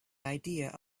idea